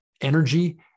energy